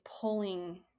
pulling